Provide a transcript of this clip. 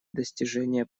достижения